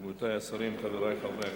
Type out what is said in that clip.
תודה רבה, רבותי השרים, חברי חברי הכנסת,